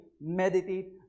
meditate